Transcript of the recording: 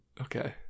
Okay